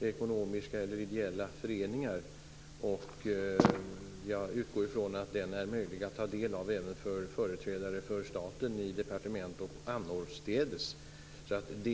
ekonomiska eller ideella föreningar har att avge en årlig berättelse. Jag utgår från att det är möjligt även för företrädare för staten, i departement och annorstädes, att ta del av denna berättelse.